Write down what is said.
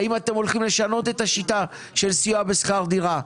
האם אתם הולכים לשנות את השיטה של סיוע בשכר דירה?